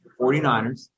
49ers